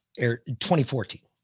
2014